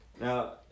Now